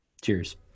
Cheers